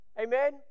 amen